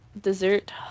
Dessert